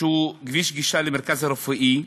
שהוא כביש גישה למרכז הרפואי שמשרת,